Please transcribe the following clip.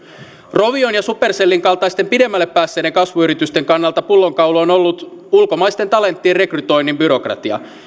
rovion ja supercellin kaltaisten pidemmälle päässeiden kasvuyritysten kannalta pullonkaula on ollut ulkomaisten talenttien rekrytoinnin byrokratia